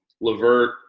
Levert